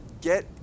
get